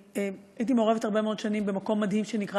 הייתי מעורבת הרבה מאוד שנים במקום מדהים שנקרא